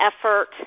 effort –